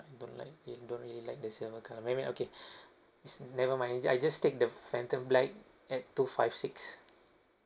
I don't like I don't really like the silver colour I mean okay never mind I just take the phantom black at two five six